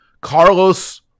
Carlos